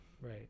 Right